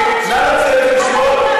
אני קורא אותך לסדר פעם שלישית.